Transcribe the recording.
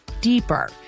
deeper